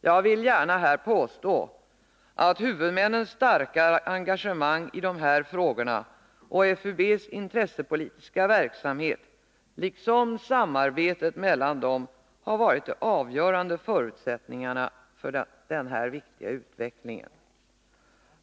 Jag vill gärna påstå att huvudmännens starka engagemang i dessa frågor och FUB:s intressepolitiska verksamhet liksom samarbetet mellan dem har varit de avgörande förutsättningarna för denna viktiga utveckling.